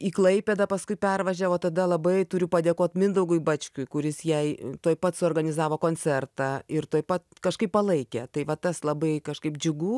į klaipėdą paskui pervažiavo tada labai turiu padėkot mindaugui bačkui kuris jai tuoj pat suorganizavo koncertą ir tuoj pat kažkaip palaikė tai va tas labai kažkaip džiugu